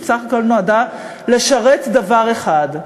ובסך הכול נועדה לשרת דבר אחד.